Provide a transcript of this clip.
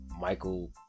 Michael